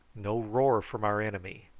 no roar from our enemy,